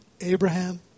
Abraham